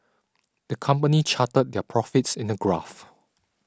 the company charted their profits in a graph